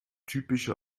typische